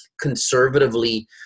conservatively